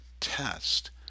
test